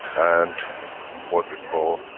and what we call,